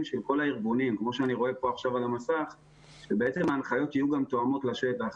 של כל הארגונים כדי שההנחיות יהיו תואמות לשטח.